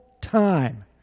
time